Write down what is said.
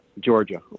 Georgia